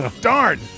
Darn